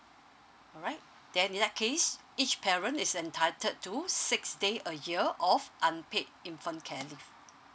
alright then in that case each parent is entitled to six day a year of unpaid infant care leave